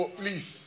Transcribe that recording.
please